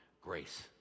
grace